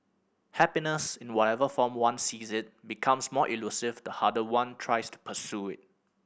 happiness in whatever form one sees it becomes more elusive the harder one tries to pursue it